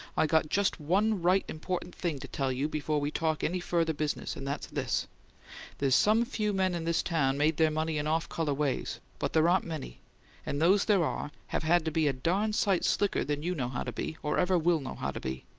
i got just one right important thing to tell you before we talk any further business and that's this there's some few men in this town made their money in off-colour ways, but there aren't many and those there are have had to be a darn sight slicker than you know how to be, or ever will know how to be!